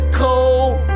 cold